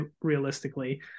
Realistically